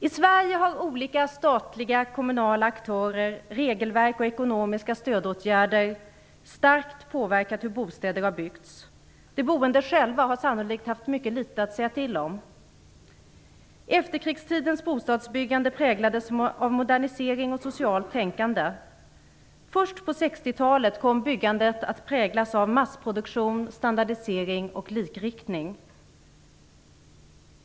I Sverige har olika statliga och kommunala aktörer, regelverk och ekonomiska stödåtgärder starkt påverkat hur bostäder har byggts. De boende själva har sannolikt haft mycket litet att säga till om. Efterkrigstidens bostadsbyggande präglades av modernisering och socialt tänkande. Först på 60-talet kom byggandet att präglas av massproduktion, standardisering och likriktning.